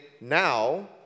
now